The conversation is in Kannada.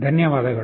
ಧನ್ಯವಾದಗಳು